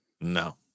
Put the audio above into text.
No